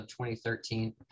2013